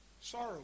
sorrow